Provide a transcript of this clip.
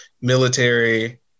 military